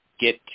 get